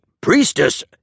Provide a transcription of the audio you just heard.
priestess